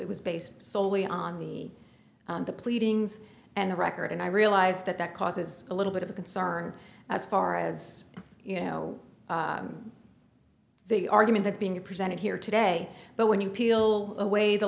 it was based solely on the the pleadings and the record and i realize that that causes a little bit of a concern as far as you know the argument that's being presented here today but when you peel away the